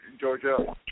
Georgia